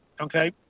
Okay